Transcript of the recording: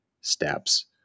steps